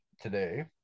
today